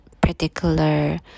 particular